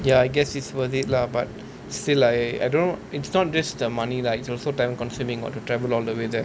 ya I guess it's worth it lah but still I I don't know it's not just the money lah it's also time consuming [what] to travel all the way there